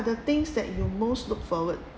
the things that you most look forward